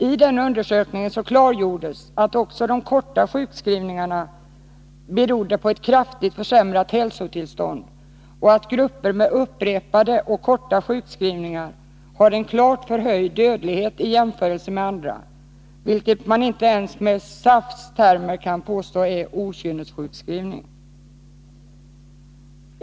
I den undersökningen klargjordes att även de korta sjukskrivningarna berodde på ett kraftigt försämrat hälsotillstånd och att grupper med upprepade korta sjukskrivningar har en klart förhöjd dödlighet i jämförelse med andra, vilket man inte ens med SAF:s termer kan påstå är okynnessjukskrivningar.